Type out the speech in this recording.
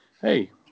Hey